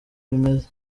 bimeze